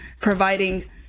providing